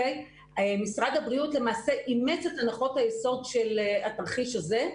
משרד הבריאות למעשה אימץ את הנחות היסוד של התרחיש הזה,